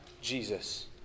Jesus